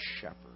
shepherd